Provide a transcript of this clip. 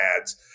ads